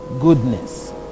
goodness